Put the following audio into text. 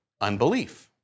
unbelief